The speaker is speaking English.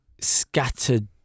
scattered